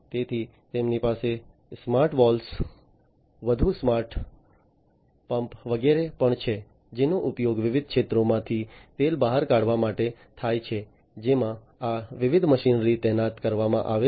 તેથી તેમની પાસે સ્માર્ટ વાલ્વ વધુ સ્માર્ટ સ્માર્ટ પંપ વગેરે પણ છે જેનો ઉપયોગ વિવિધ ક્ષેત્રોમાંથી તેલ બહાર કાઢવા માટે થાય છે જેમાં આ વિવિધ મશીનરી તૈનાત કરવામાં આવે છે